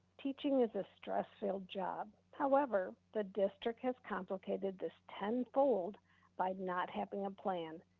teaching is a stressful job, however, the district has complicated this tenfold by not having a plan,